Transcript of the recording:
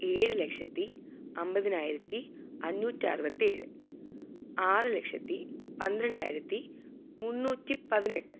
ഏഴ് ലക്ഷത്തി അൻപതിനായിരത്തി അഞ്ഞൂറ്ററുവത്തേഴ് ആറ് ലക്ഷത്തി പന്ത്രണ്ടായിരത്തി മുന്നൂറ്റി പതിനെട്ട്